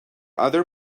other